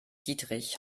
dietrich